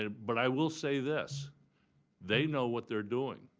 ah but i will say this they know what they're doing.